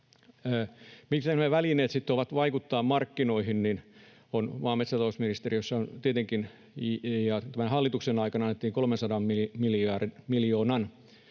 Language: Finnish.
Mitkä ne välineet sitten ovat vaikuttaa markkinoihin? Maa‑ ja metsätalousministeriössä tietenkin tämän hallituksen aikana annettiin 300 miljoonan